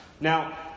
Now